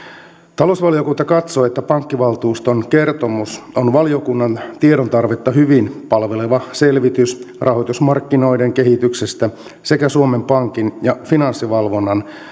talousvaliokunta katsoo että pankkivaltuuston kertomus on valiokunnan tiedontarvetta hyvin palveleva selvitys rahoitusmarkkinoiden kehityksestä sekä suomen pankin ja finanssivalvonnan